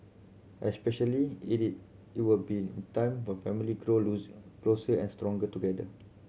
especially it is it will be time when family grow closer and stronger together